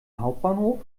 hauptbahnhof